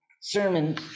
sermon